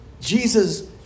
Jesus